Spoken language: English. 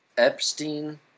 Epstein